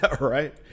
Right